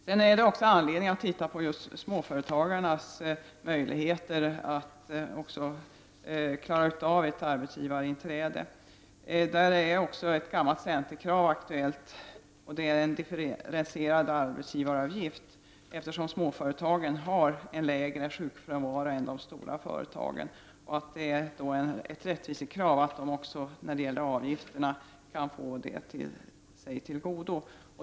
Det finns också anledning att studera småföretagens möjligheter att klara av ett arbetsgivarinträde. I det sammanhanget är ett gammalt centerkrav aktuellt. Det handlar om en differentierad arbetsgivaravgift, eftersom småföretagen har lägre sjukfrånvaro än de större. Det är därför ett rättvisekrav att de också i beräkning av avgifterna kan få räkna sig detta till godo.